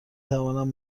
توانند